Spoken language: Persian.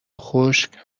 خشک